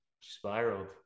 spiraled